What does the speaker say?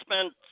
spent –